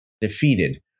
defeated